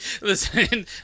Listen